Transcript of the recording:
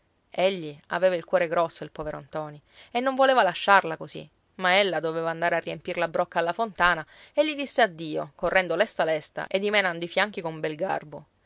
egli aveva il cuore grosso il povero ntoni e non voleva lasciarla così ma ella doveva andare a riempir la brocca alla fontana e gli disse addio correndo lesta lesta e dimenando i fianchi con bel garbo